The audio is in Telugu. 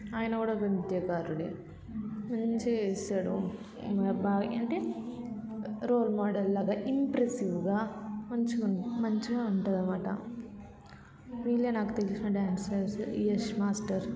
ఆయన కూడా ఒక నృత్యకారుడే మంచిగా చేస్తాడు ఏమబ్బా అంటే రోల్ మోడల్ లాగా ఇంప్రెస్సివ్గా మంచిగ మంచిగా ఉంటుంది అన్నమాట వీళ్ళు నాకు తెలిసిన డ్యాన్సర్స్ యష్ మాస్టర్